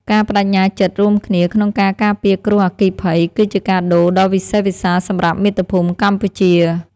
ការប្តេជ្ញាចិត្តរួមគ្នាក្នុងការការពារគ្រោះអគ្គិភ័យ គឺជាកាដូដ៏វិសេសវិសាលសម្រាប់មាតុភូមិកម្ពុជា។